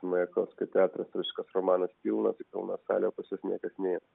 majakovskio teatras rusiškas romanas pilnas ir pilna salė o pas juos niekas nėjo